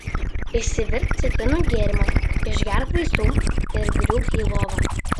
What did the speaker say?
išsivirk citrinų gėrimo išgerk vaistų ir griūk į lovą